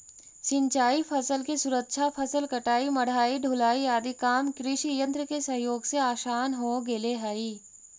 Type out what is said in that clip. सिंचाई फसल के सुरक्षा, फसल कटाई, मढ़ाई, ढुलाई आदि काम कृषियन्त्र के सहयोग से आसान हो गेले हई